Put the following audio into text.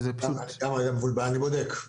אני בודק.